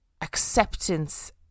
acceptance